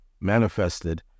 manifested